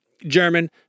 german